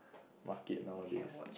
market nowadays